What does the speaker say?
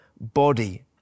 body